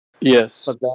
Yes